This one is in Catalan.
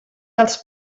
dels